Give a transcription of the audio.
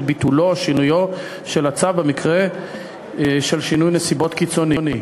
ביטולו או שינויו של הצו במקרה של שינוי נסיבות קיצוני.